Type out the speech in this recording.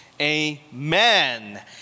Amen